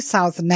South